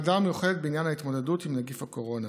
הוועדה המיוחדת בעניין ההתמודדות עם נגיף הקורונה,